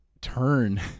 turn